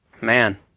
Man